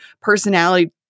personality